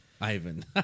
Ivan